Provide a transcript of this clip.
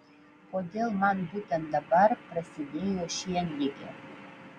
kodėl man būtent dabar prasidėjo šienligė